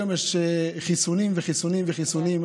היום יש חיסונים וחיסונים וחיסונים,